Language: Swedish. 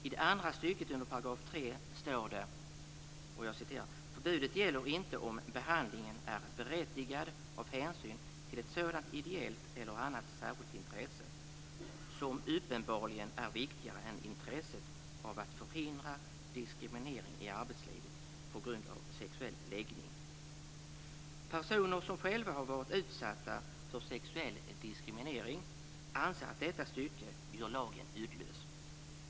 I 3 § andra stycket står det: "Förbudet gäller inte om behandlingen är berättigad av hänsyn till ett sådant ideellt eller annat särskilt intresse som uppenbarligen är viktigare än intresset av att förhindra diskriminering i arbetslivet på grund av sexuell läggning." Personer som själva har varit utsatta för sexuell diskriminering anser att detta stycke gör lagen uddlös.